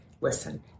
listen